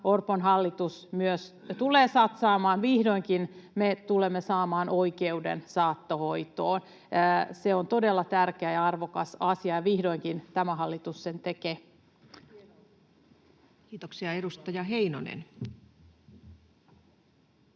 Orpon hallitus myös tulee satsaamaan. Vihdoinkin me tulemme saamaan oikeuden saattohoitoon. Se on todella tärkeä ja arvokas asia, ja vihdoinkin tämä hallitus sen tekee. [Perussuomalaisten